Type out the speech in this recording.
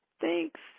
Thanks